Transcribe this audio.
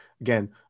again